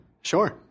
Sure